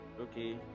okay